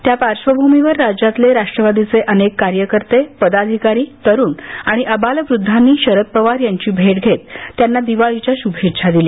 त्या पार्श्वभूमीवर राज्यातले राष्ट्रवादीचे अनेक कार्यकर्ते पदाधिकारी तरुण आणि आबालवृद्धांनी शरद पवार यांची भेट घेत त्यांना दिवाळीच्या शूभेच्छा दिल्या